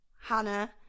Hannah